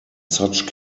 such